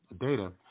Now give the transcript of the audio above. data